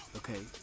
okay